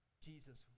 Jesus